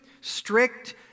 strict